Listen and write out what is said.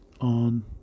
on